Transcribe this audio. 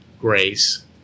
grace